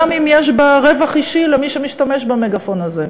גם אם יש בה רווח אישי למי שמשתמש במגאפון הזה.